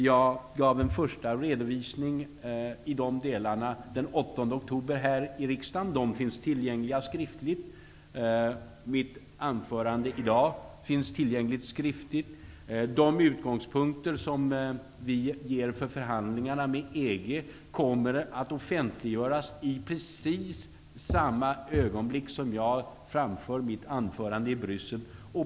Jag gav en första redovisning i de delarna den 8 oktober här i riksdagen, och de finns tillgängliga skriftligt. Mitt anförande finns också tillgängligt skriftligt. De utgångspunkter som vi ger för förhandlingarna med EG kommer att offentliggöras i precis det ögonblick som jag framför mitt anförande i Bryssel.